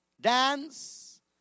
dance